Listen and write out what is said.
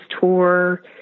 tour